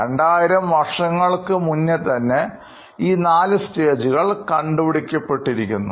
2200 വർഷങ്ങൾക്കു മുന്നേ തന്നെ ഈ നാല് സ്റ്റേജുകൾകണ്ടുപിടിക്കപ്പെട്ടിരിക്കുന്നു